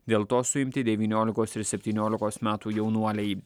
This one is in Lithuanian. dėl to suimti devyniolikos ir septyniolikos metų jaunuoliai